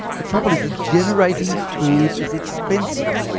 the trouble is that generating food is expensive.